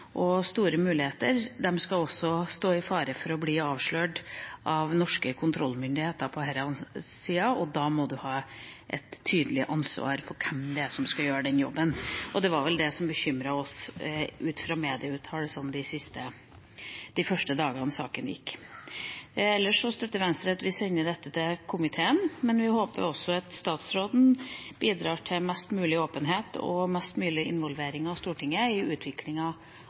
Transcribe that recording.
og store muligheter skal også stå i fare for å bli avslørt av norske kontrollmyndigheter på dette området. Da må det være et tydelig ansvar når det gjelder hvem det er som skal gjøre den jobben. Det var vel det som bekymret oss etter medieuttalelsene de første dagene saken pågikk. For øvrig støtter Venstre at dette oversendes komiteen. Men vi håper også at statsråden bidrar til mest mulig åpenhet og mest mulig involvering av Stortinget i utviklinga